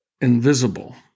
invisible